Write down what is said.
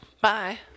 Bye